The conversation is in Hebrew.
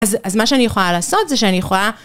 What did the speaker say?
אז מה שאני יכולה לעשות, זה שאני יכולה...